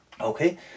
Okay